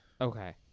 Okay